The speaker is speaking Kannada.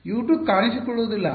U 2 ಕಾಣಿಸಿಕೊಳ್ಳುವುದಿಲ್ಲ